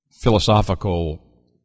philosophical